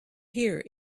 here